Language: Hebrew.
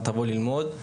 אל תבוא ללמוד.